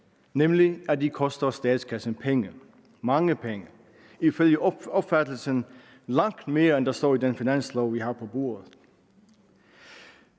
nemlig at det koster statskassen penge, mange penge – ifølge opfattelsen langt mere, end der står i det finanslovforslag, vi har på bordet.